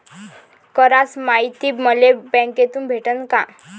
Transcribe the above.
कराच मायती मले बँकेतून भेटन का?